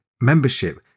membership